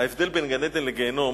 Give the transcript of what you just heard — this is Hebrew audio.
ההבדל בין גן-עדן לגיהינום